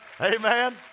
Amen